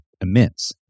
immense